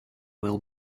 will